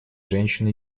женщин